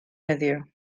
heddiw